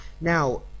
now